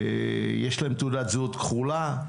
יש להם תעודת זהות כחולה,